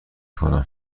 کنم